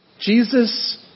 Jesus